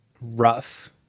rough